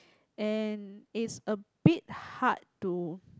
and is a bit hard to